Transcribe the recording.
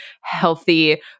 healthy